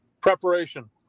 Preparation